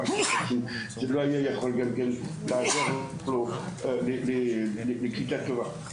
הוא לא היה יכול לעבור פה קליטה טובה.